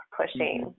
pushing